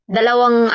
Dalawang